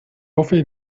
hoffe